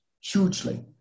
hugely